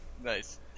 Nice